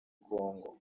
congo